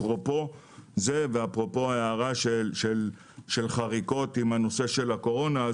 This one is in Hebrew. אפרופו זה ואפרופו ההערה של חריקות עם נושא הקורונה,